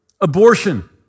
Abortion